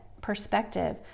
perspective